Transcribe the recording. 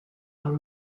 are